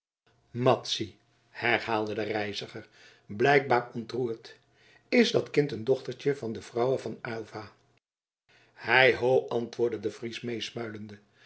madzy herhaalde de reiziger blijkbaar ontroerd is dat kind een dochtertje van de vrouwe van aylva hei ho antwoordde de fries meesmuilende